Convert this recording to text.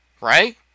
right